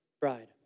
bride